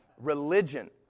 Religion